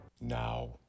Now